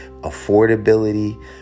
affordability